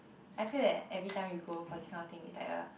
I feel that every time you go for these kind of thing it's like a